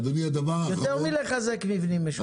יותר מחיזוק מבנים משותפים.